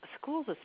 schools